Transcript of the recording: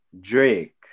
Drake